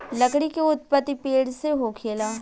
लकड़ी के उत्पति पेड़ से होखेला